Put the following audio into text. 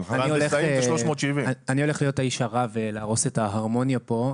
אני הולך להיות האיש הרע ולהרוס את ההרמוניה פה,